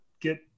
get